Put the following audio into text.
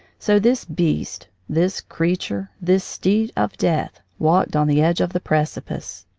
so this beast, this creature, this steed of death, walked on the edge of the precipice.